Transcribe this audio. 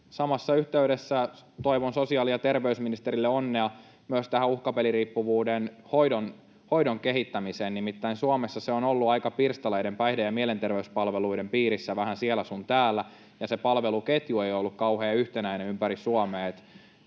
Samassa yhteydessä toivon sosiaali- ja terveysministerille onnea myös uhkapeliriippuvuuden hoidon kehittämiseen, nimittäin Suomessa se on ollut aika pirstaleinen päihde- ja mielenterveyspalveluiden piirissä, vähän siellä sun täällä, ja se palveluketju ei ole ollut kauhean yhtenäinen ympäri Suomea.